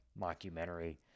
mockumentary